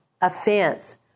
offense